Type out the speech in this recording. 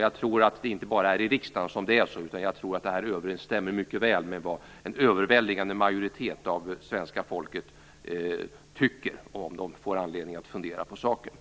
Jag tror att det inte bara är här i riksdagen som det är så; det här överensstämmer nog mycket väl med vad en överväldigande majoritet av svenska folket tycker om man får anledning att fundera på saken.